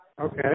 Okay